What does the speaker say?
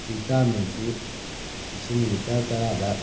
ꯕꯤꯇꯥꯃꯤꯟꯁꯤ ꯏꯁꯤꯡ ꯂꯤꯇꯔ ꯇꯔꯥꯗ